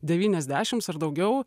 devyniasdešims ar daugiau